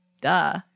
Duh